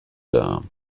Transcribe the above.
dar